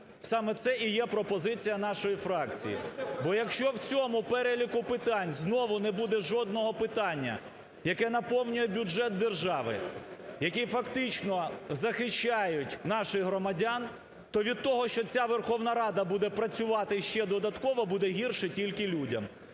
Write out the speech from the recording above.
Саме це і є пропозиція нашої фракції. Бо якщо в цьому переліку питань знову не буде жодного питання, яке наповнює бюджет держави, які фактично захищають наших громадян, то від того, що ця Верховна Рада буде працювати ще додатково, буде гірше тільки людям.